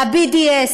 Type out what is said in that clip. וה-BDS,